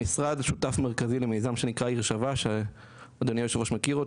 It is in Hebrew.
המשרד שותף מרכזי למיזם שנקרא עיר שווה שאדוני יושב הראש מכיר,